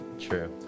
true